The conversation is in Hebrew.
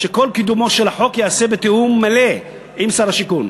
שכל קידומו של החוק ייעשה בתיאום מלא עם שר השיכון.